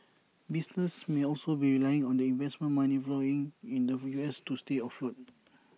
businesses may also be relying on the investment money flowing in the U S to stay afloat